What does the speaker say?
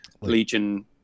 legion